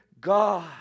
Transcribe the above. God